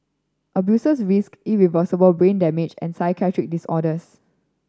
abusers risked irreversible brain damage and psychiatric disorders